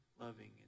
loving